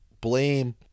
Blame